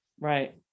right